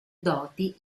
doti